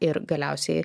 ir galiausiai